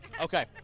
okay